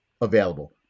available